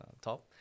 top